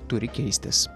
turi keistis